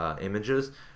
images